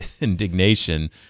indignation